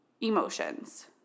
emotions